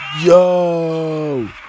Yo